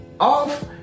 off